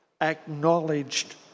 acknowledged